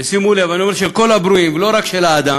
ושימו לב, אני אומר של כל הברואים, לא רק של האדם,